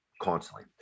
Constantly